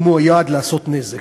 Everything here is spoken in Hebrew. הוא מיועד לעשיית נזק.